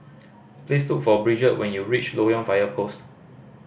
please look for Bridget when you reach Loyang Fire Post